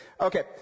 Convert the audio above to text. Okay